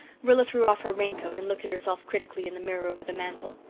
rilla threw off her rain-coat and looked at herself critically in the mirror over the mantel.